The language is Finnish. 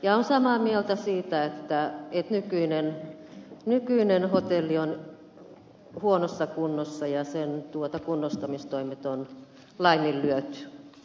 olen samaa mieltä siitä että nykyinen hotelli on huonossa kunnossa ja sen kunnostamistoimet on laiminlyöty